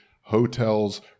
hotels